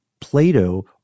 Plato